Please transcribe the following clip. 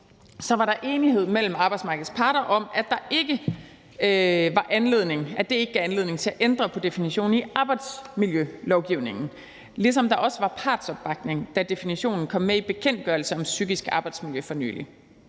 var der enighed mellem arbejdsmarkedets parter om, at det ikke gav anledning til at ændre på definitionen i arbejdsmiljølovgivningen, ligesom der også var opbakning fra parterne, da definitionen for nylig kom med i bekendtgørelsen om psykisk arbejdsmiljø. For os i